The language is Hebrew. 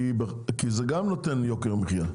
כי זה גם מוסיף ליוקר המחייה,